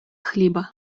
хліба